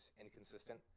inconsistent